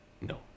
No